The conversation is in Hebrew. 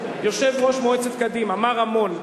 יושב-ראש מועצת קדימה מר רמון,